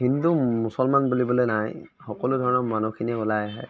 হিন্দু মুছলমান বুলিবলৈ নাই সকলোধৰণৰ মানুহখিনি ওলাই আহে